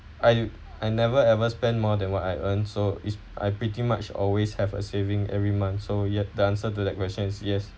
I I never ever spent more than what I earn so is I pretty much always have a saving every month so yet the answer to that question is yes